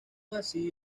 así